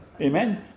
Amen